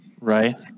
right